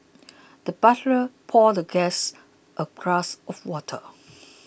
the butler poured the guest a glass of water